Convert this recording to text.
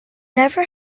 never